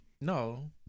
No